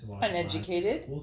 uneducated